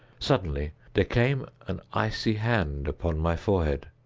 suddenly there came an icy hand upon my forehead,